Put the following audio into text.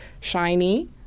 shiny